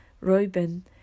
Reuben